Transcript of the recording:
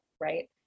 right